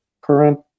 current